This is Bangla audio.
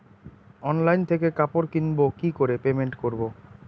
অনলাইন থেকে কাপড় কিনবো কি করে পেমেন্ট করবো?